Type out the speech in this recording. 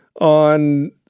on